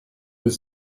was